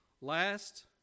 last